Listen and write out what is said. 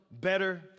better